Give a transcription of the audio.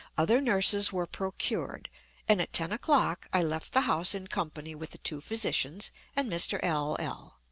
other nurses were procured and at ten o'clock i left the house in company with the two physicians and mr. l l.